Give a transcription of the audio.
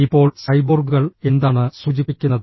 ഇപ്പോൾ സൈബോർഗുകൾ എന്താണ് സൂചിപ്പിക്കുന്നത്